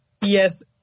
Yes